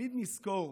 תמיד נזכור